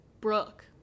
brooke